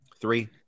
Three